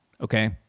Okay